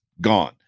gone